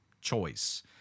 choice